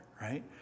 right